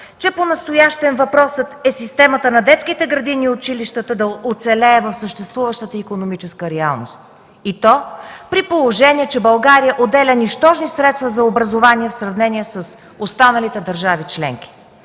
че понастоящем въпросът е системата на детските градини и училищата да оцелее в съществуващата икономическа реалност, и то при положение че България отделя нищожни средства за образование в сравнение с останалите държави членки.